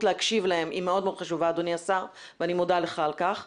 להקשיב להם היא מאוד מאוד חשובה אדוני השר ואני מודה על כך.